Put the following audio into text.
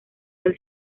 del